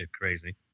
crazy